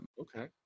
Okay